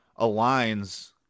aligns